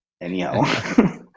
anyhow